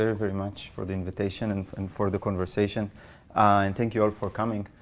very, very much for the invitation, and and for the conversation. and thank you all for coming.